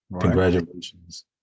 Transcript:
congratulations